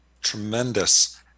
Tremendous